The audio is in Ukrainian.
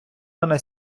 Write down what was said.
вона